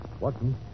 Watson